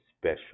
special